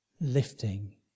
lifting